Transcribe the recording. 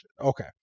Okay